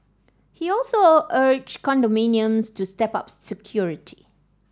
he also urged condominiums to step up security